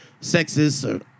sexist